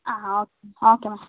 ആ okay okay മാം